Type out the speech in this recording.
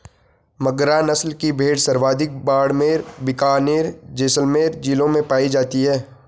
मगरा नस्ल की भेड़ सर्वाधिक बाड़मेर, बीकानेर, जैसलमेर जिलों में पाई जाती है